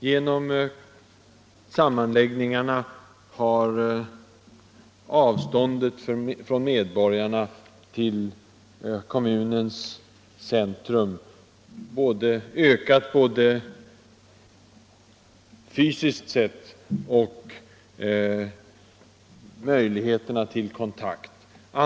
Genom sammanläggningarna har avståndet från medborgarna till kommunens centrum ökat både fysiskt och på annat sätt och möjligheterna till kontakt minskat.